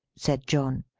said john.